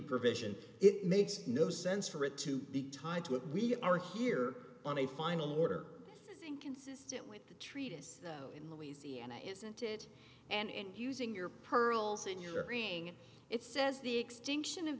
provision it makes no sense for it to be tied to it we are here on a final order is inconsistent with the treatise in louisiana isn't it and using your pearls in your meaning it says the extinction of